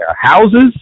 houses